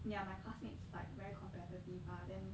ya my classmates like very competitive ah then